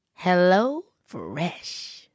HelloFresh